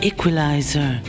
Equalizer